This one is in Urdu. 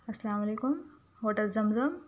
السّلام علیکم ہوٹل زمزم